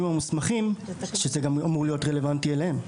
המוסמכים שזה אמור גם להיות רלוונטי אליהם.